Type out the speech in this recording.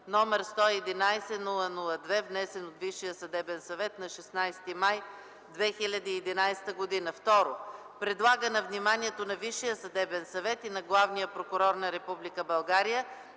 г. № 111-00-2, внесен от Висшия съдебен съвет на 16 май 2011 г. 2. Предлага на вниманието на Висшия съдебен съвет и на главния прокурор на Република България